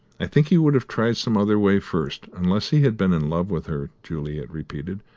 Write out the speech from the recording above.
i think he would have tried some other way first, unless he had been in love with her, juliet repeated,